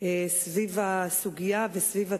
סביב הסוגיה וסביב התהליך.